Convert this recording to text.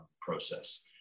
process